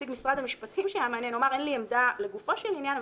מה שאמר נציג משרד המשפטים שהיה מעניין: אין לי עמדה לגופו של עניין,